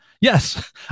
Yes